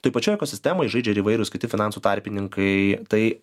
toj pačioj ekosistemoj žaidžia ir įvairūs kiti finansų tarpininkai tai